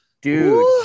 Dude